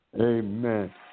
Amen